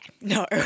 no